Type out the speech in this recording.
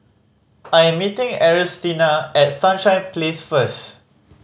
I am meeting Ernestina at Sunshine Place first